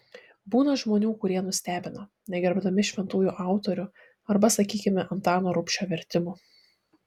būna žmonių kurie nustebina negerbdami šventųjų autorių arba sakykime antano rubšio vertimų